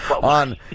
On